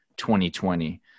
2020